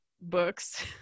books